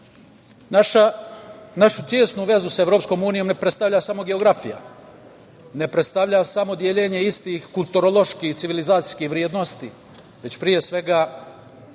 tesnu vezu sa EU ne predstavlja samo geografija, ne predstavlja samo deljenje istih kulturoloških civilizacijskih vrednosti, već pre svega